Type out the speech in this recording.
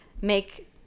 make